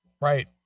Right